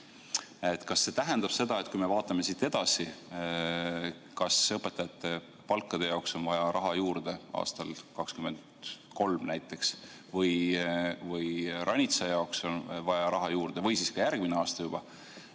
Kas see tähendab seda, et kui me vaatame siit edasi, kui õpetajate palkade jaoks on vaja raha juurde aastal 2023 näiteks või kultuuriranitsa jaoks on vaja raha juurde või kui järgmisel aastal juba